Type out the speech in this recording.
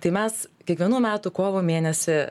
tai mes kiekvienų metų kovo mėnesį